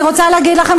אני רוצה להגיד לכם,